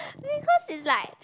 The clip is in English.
because it's like